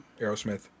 Aerosmith